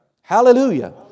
Hallelujah